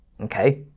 Okay